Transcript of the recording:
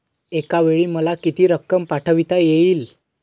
एकावेळी मला किती रक्कम पाठविता येईल?